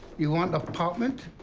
you want apartment?